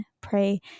pray